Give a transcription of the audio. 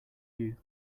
you